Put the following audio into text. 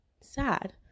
sad